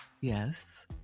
Yes